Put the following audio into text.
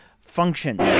function